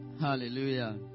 Hallelujah